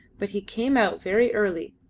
but he came out very early,